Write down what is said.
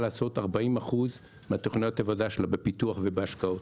לעשות 40% מתוכניות העבודה שלה בפיתוח ובהשקעות.